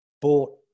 bought